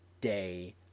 day